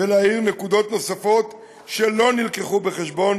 ולהאיר נקודות נוספות שלא נלקחו בחשבון